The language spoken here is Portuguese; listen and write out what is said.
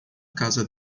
casa